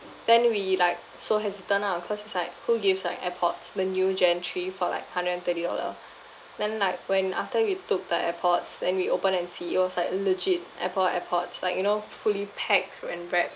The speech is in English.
then we like so hesitant ah cause it's like who gives like airpods the new gen three for like hundred and thirty dollar then like when after we took the airpods then we open and see it was like legit apple airpods like you know fully packed and wrapped